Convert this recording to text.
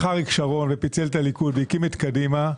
אריק שרון ופיצל את הליכוד והקים את קדימה,